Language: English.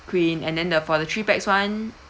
queen and then the for the three pax [one]